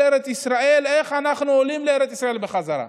ארץ ישראל: איך אנחנו עולים לארץ ישראל בחזרה.